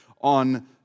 on